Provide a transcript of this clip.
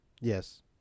Yes